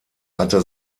hatte